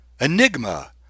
Enigma